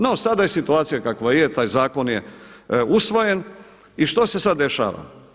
No, sada je situacija kakva je, taj zakon je usvojen i što se sad dešava.